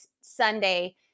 Sunday